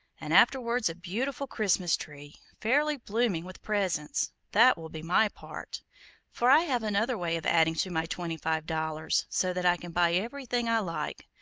and afterwards a beautiful christmas tree, fairly blooming with presents that will be my part for i have another way of adding to my twenty-five dollars, so that i can buy everything i like.